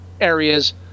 areas